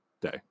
day